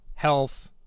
Health